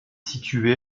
située